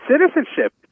citizenship